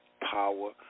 power